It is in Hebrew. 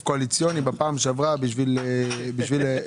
קואליציוני בפעם שעברה בשביל תרגום,